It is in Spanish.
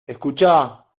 escucha